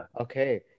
okay